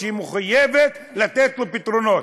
שמחויבת לתת לו פתרונות.